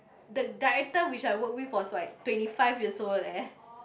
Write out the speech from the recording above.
the director which I work with for is like twenty five years old leh